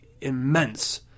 immense